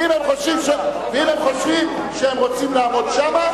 ואם הם חושבים שהם רוצים לעמוד שם,